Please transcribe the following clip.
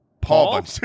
Paul